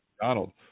Donald